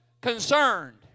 concerned